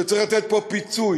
שצריך לתת פה פיצוי.